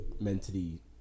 mentally